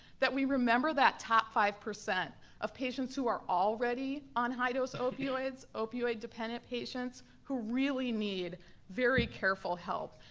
that we remember that top five percent of patients who are already on high-dose opioids, opioid-dependent patients who really need very careful help,